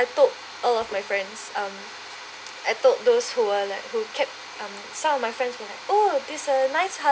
I told all of my friend um I told those who are like who kept um some of my friends were like oh there's a nice